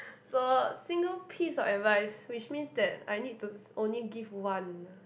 so single piece of advice which means that I need to only give one ah